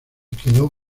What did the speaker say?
quedó